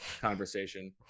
conversation